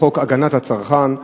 או חוק להגנת הצרכן.